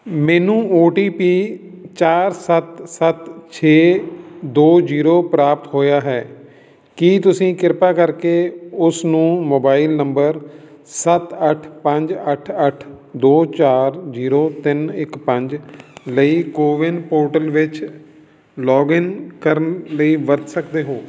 ਮੈਨੂੰ O T P ਚਾਰ ਸੱਤ ਸੱਤ ਛੇ ਦੋ ਜ਼ੀਰੋ ਪ੍ਰਾਪਤ ਹੋਇਆ ਹੈ ਕੀ ਤੁਸੀਂ ਕਿਰਪਾ ਕਰਕੇ ਉਸ ਨੂੰ ਮੋਬਾਈਲ ਨੰਬਰ ਸੱਤ ਅੱਠ ਪੰਜ ਅੱਠ ਅੱਠ ਦੋ ਚਾਰ ਜੀਰੋ ਤਿੰਨ ਇੱਕ ਪੰਜ ਲਈ ਕੋਵਿਨ ਪੋਰਟਲ ਵਿੱਚ ਲੌਗਇਨ ਕਰਨ ਲਈ ਵਰਤ ਸਕਦੇ ਹੋ